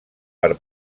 per